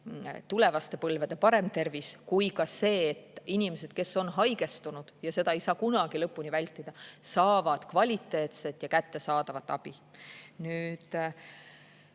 tulevaste põlvede parem tervis kui ka see, et inimesed, kes on haigestunud – ja seda ei saa kunagi lõpuni vältida –, saavad kvaliteetset ja kättesaadavat abi. Nüüd